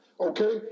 okay